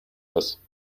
das